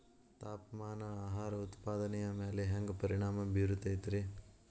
ತಾಪಮಾನ ಆಹಾರ ಉತ್ಪಾದನೆಯ ಮ್ಯಾಲೆ ಹ್ಯಾಂಗ ಪರಿಣಾಮ ಬೇರುತೈತ ರೇ?